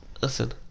Listen